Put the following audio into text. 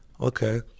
okay